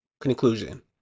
Conclusion